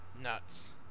nuts